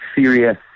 serious